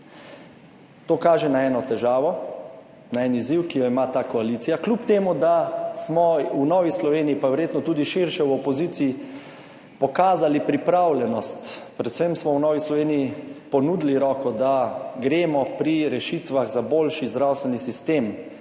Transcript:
To kaže na eno težavo, na en izziv, ki jo ima ta koalicija, kljub temu, da smo v Novi Sloveniji, pa verjetno tudi širše v opoziciji pokazali pripravljenost, predvsem smo v Novi Sloveniji ponudili roko, da gremo pri rešitvah za boljši zdravstveni sistem,